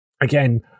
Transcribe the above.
again